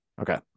Okay